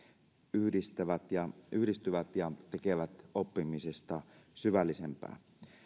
yhdistyvät ja tekevät oppimisesta syvällisempää